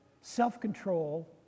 self-control